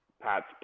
Pats